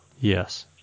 Yes